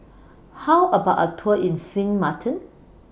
How about A Tour in Sint Maarten